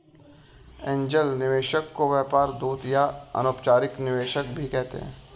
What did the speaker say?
angel निवेशक को व्यापार दूत या अनौपचारिक निवेशक भी कहते हैं